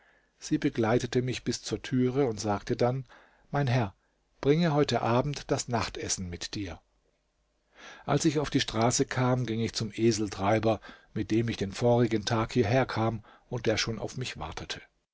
sie begleitete mich bis zur türe und sagte dann mein herr bringe heute abend das nachtessen mit dir als ich auf die straße kam ging ich zum eseltreiber mit dem ich den vorigen tag hierherkam und der schon auf mich wartete